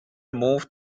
moved